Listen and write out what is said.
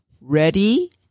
Ready